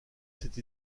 cette